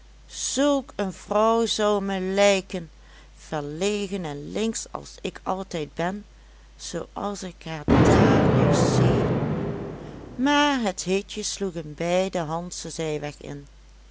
zulk een vrouw zou me lijken verlegen en linksch als ik altijd ben zooals ik haar daar nu zie maar het hitje sloeg een bijdehandschen zijweg in